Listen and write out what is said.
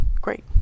great